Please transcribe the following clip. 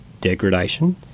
degradation